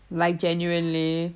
like genuinely